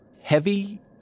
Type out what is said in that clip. heavy